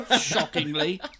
shockingly